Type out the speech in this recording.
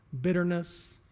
bitterness